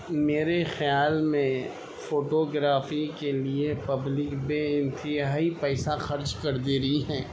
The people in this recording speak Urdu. میرے خیال میں فوٹوگرافی کے لیے پبلک بےانتہائی پیسہ خرچ کر دے رہی ہیں